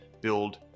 Build